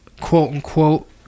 quote-unquote